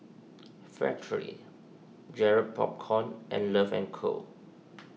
Factorie Garrett Popcorn and Love and Co